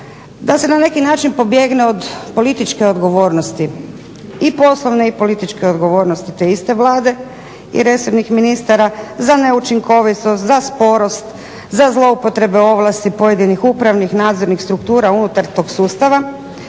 da se na neki način pobjegne od političke odgovornosti, i poslovne i političke odgovornosti te iste Vlade i resornih ministara za neučinkovitost, za sporost, za zloupotrebe ovlasti pojedinih upravnih nadzornih struktura unutar tog sustava